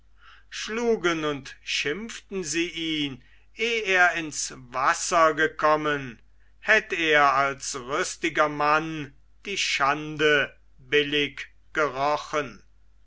schlugen und schimpften sie ihn eh er ins wasser gekommen hätt er als rüstiger mann die schande billig gerochen